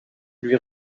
lui